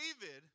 David